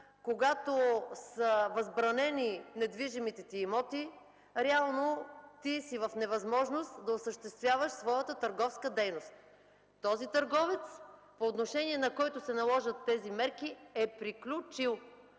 когато са възбранени недвижимите имоти, реално си в невъзможност да осъществяваш своята търговска дейност. Този търговец, по отношение на който се наложат такива мерки, е приключил,